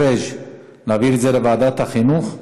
פריג': להעביר את זה לוועדת החינוך?